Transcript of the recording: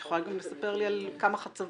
את יכולה גם לספר לי על כמה חצבים